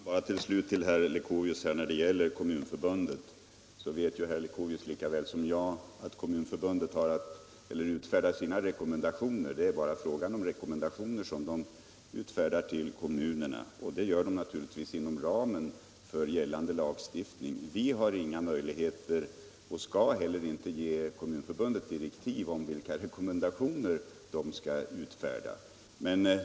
Herr talman! Jag vill till slut säga några ord till herr Leuchovius när det gäller Kommunförbundet. Herr Leuchovius vet lika väl som jag att Kommunförbundet har att utfärda sina rekommendationer. Det är bara fråga om rekommendationer som man utfärdar till kommunerna — givetvis inom ramen för gällande lagstiftning. Vi har inga möjligheter att ge Kommunförbundet direktiv — och skall heller inte göra det — om vilka rekommendationer förbundet skall utfärda.